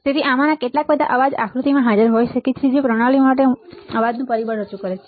તેથી આમાંના કેટલાક અથવા બધા અવાજ આકૃતિમાં હાજર હોઈ શકે છે જે પ્રણાલી માટે અવાજનું પરિબળ રજૂ કરે છે